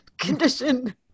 condition